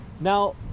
Now